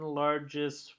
largest